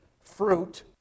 fruit